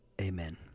amen